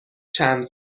چند